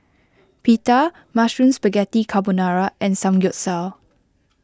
Pita Mushroom Spaghetti Carbonara and Samgyeopsal